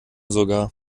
sogar